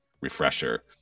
refresher